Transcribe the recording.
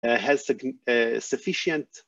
Sufficient